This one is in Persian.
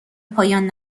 پایان